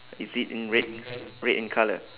is it in red red in colour